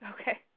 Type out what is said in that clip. Okay